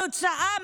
התוצאה,